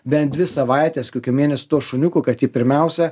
bent dvi savaites kokį mėnesį su tuo šuniuku kad jį pirmiausia